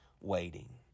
waiting